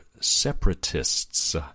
separatists